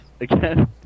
again